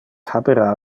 habera